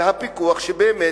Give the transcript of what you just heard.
ויהיה באמת